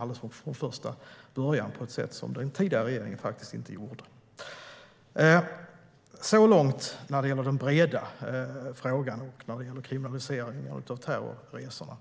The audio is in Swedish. allra första början tog initiativ på ett sätt som den tidigare regeringen faktiskt inte gjorde. Så långt den breda frågan om kriminalisering av terrorresorna.